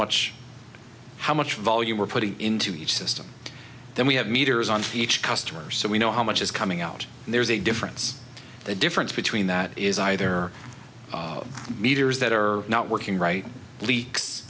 much how much volume we're putting into each system then we have meters on each customer so we know how much is coming out and there's a difference the difference between that is either meters that are not working right leaks